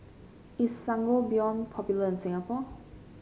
is Sangobion popular in Singapore